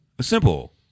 Simple